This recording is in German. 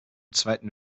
zweiten